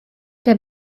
der